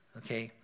okay